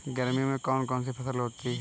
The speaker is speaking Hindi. गर्मियों में कौन कौन सी फसल होती है?